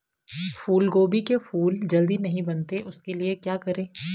फूलगोभी के फूल जल्दी नहीं बनते उसके लिए क्या करें?